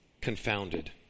Confounded